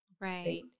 Right